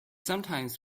sometimes